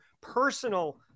personal